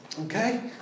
okay